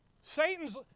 Satan's